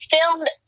filmed